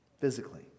physically